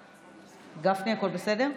גפני, הכול בסדר?